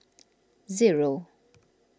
zero